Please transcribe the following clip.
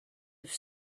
have